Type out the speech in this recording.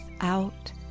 out